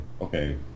okay